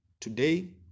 today